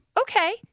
okay